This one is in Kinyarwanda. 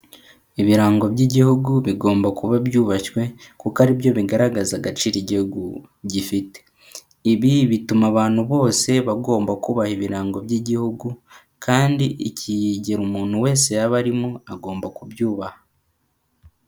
Ibirango by'igihugu bigomba kuba byubashywe, kuko aribyo bigaragaza agaciro igihugu gifite. Ibi bituma abantu bose bagomba kubaha ibirango by'igihugu, kandi ikigero umuntu wese yaba arimo agomba kubyubaha.